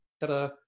Ta-da